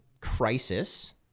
crisis